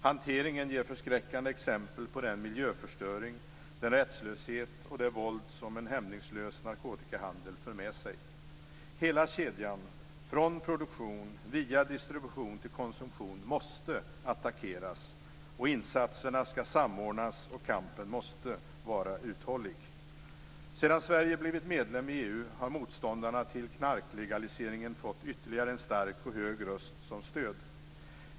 Hanteringen ger förskräckande exempel på den miljöförstöring, den rättslöshet och det våld som en hämningslös narkotikahandel för med sig. Hela kedjan från produktion via distribution till konsumtion måste attackeras. Insatserna skall samordnas, och kampen måste vara uthållig. Sedan Sverige blivit medlem i EU har motståndarna till knarklegaliseringen fått ytterligare en stark och hög röst som stöd.